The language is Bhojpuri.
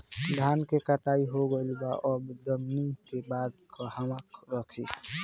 धान के कटाई हो गइल बा अब दवनि के बाद कहवा रखी?